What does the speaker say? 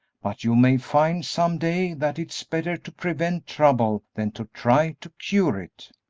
but you may find some day that it's better to prevent trouble than to try to cure it.